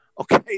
Okay